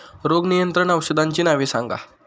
रोग नियंत्रण औषधांची नावे सांगा?